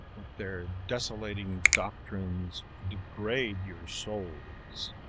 with their desolating doctrines, degrade your souls,